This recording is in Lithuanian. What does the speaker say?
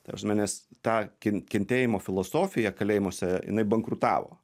ta prasme nes ta ken kentėjimo filosofija kalėjimuose jinai bankrutavo